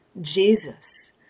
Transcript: Jesus